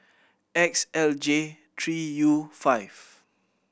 X L J three U five